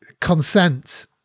consent